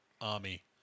army